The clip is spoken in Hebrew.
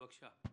בבקשה.